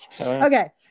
Okay